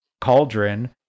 cauldron